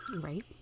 Right